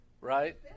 right